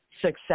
success